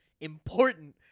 important